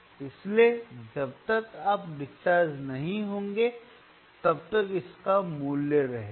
इसलिए जब तक आप डिस्चार्ज नहीं होंगे तब तक इसका मूल्य रहेगा